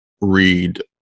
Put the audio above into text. read